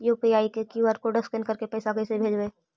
UPI के QR code scan करके पैसा कैसे भेजबइ?